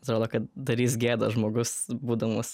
atrodo kad darys gėdą žmogus būdamas